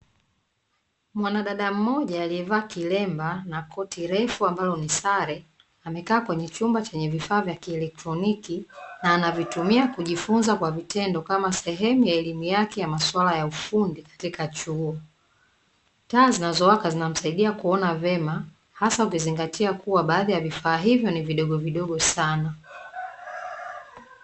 Mwanadada mmoja aliyevaa kilemba na koti refu ambalo ni sare, amekaa kwenye chumba chenye vifaa vya kielektroniki, na anavitumia kujifunza kwa vitendo kama sehemu ya elimu yake ya masuala ya ufundi katika chuo. Taa zinazowaka zinamsaidia kuona vyema, hasa ukizingatia kuwa baadhi ya vifaa hivyo ni vidogovidogo sana.